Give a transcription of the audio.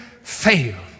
Fail